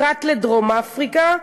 פרט לדרום-אפריקה,